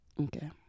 Okay